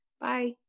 Bye